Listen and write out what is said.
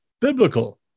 biblical